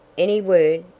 any word?